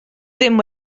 ddim